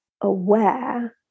aware